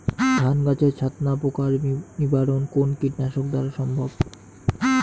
ধান গাছের ছাতনা পোকার নিবারণ কোন কীটনাশক দ্বারা সম্ভব?